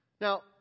Now